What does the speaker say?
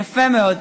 יפה מאוד.